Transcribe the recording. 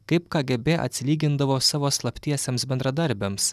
kaip kgb atsilygindavo savo slaptiesiems bendradarbiams